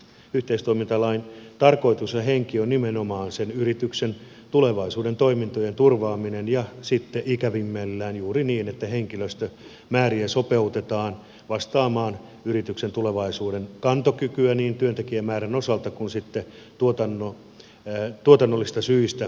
yhteistoimintalain tarkoitus ja henki on nimenomaan sen yrityksen tulevaisuuden toimintojen turvaaminen ja ikävimmillään juuri niin että henkilöstömääriä sopeutetaan vastaamaan yrityksen tulevaisuuden kantokykyä niin työntekijämäärän osalta kuin sitten tuotannollisista syistä johtuvien vaikeuksien osalta